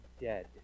dead